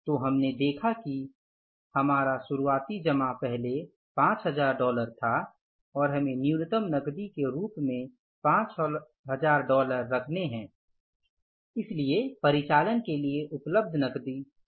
तो हमने देखा कि हमारा शुरुआती जमा पहले 5000 डॉलर था और हमें न्यूनतम नकदी के रूप में 5000 डॉलर रखने है इसलिए परिचालन के लिए उपलब्ध नकदी शून्य थी